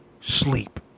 sleep